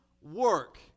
work